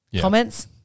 Comments